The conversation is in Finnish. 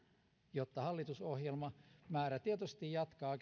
jotta hallitusohjelma määrätietoisesti jatkaa